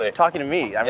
ah talking to me, i mean,